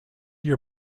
your